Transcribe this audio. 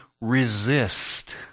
resist